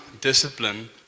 discipline